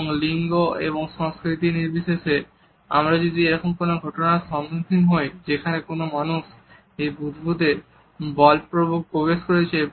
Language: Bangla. এবং লিঙ্গ এবং সংস্কৃতি নির্বিশেষে আমরা যদি এরকম কোন ঘটনার সম্মুখীন হই যেখানে কোন মানুষ এই বুদবুদে বলপূর্বক প্রবেশ করছে